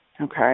Okay